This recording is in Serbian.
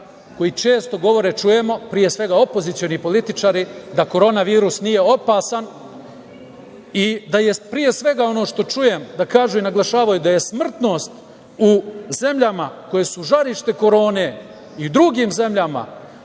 koji često govore, čujemo, pre svega opozicioni političari, da Korona virus nije opasan i da je, pre svega, ono što čujem, da kažu i naglašvaju da je smrtnost u zemljama koje su žarište Korone i u drugim zemljama